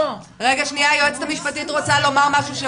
היועצת המשפטית רוצה לומר משהו.